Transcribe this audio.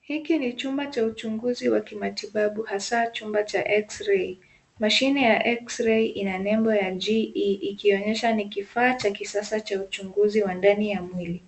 Hiki ni chumba cha uchunguzi wa kimatibibu hasaa chumba cha X-Ray mashine ya X-Ray ina nembo ya GE ikionesha ni kifaa cha kisasa wa uchunguzi wa ndani ya mwili.